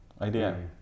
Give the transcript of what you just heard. idea